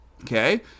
okay